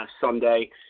Sunday